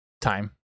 time